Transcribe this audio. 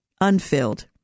unfilled